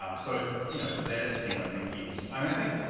um so you know to that extent i think yes. i mean i think,